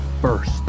first